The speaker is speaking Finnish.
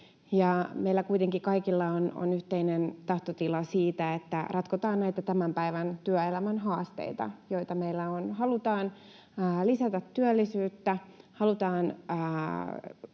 Meillä kuitenkin kaikilla on yhteinen tahtotila siitä, että ratkotaan näitä tämän päivän työelämän haasteita, joita meillä on: halutaan lisätä työllisyyttä, halutaan